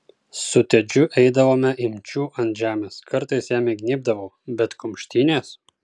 su tedžiu eidavome imčių ant žemės kartais jam įgnybdavau bet kumštynės